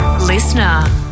Listener